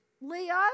Leo